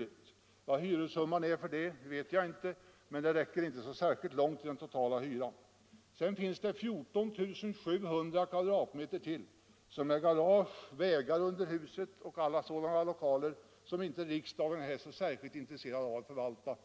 Hur stor hyressumman för detta blir vet jag inte, men den räcker inte långt när det gäller att betala den totala hyran. Det finns dessutom 14 700 m? som utgörs av garage, vägar under huset och alla sådana utrymmen, som riksdagen inte är så särskilt intresserad av att förvalta och